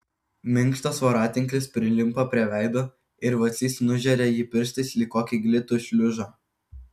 minkštas voratinklis prilimpa prie veido ir vacys nužeria jį pirštais lyg kokį glitų šliužą